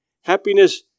happiness